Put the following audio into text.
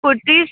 kurtis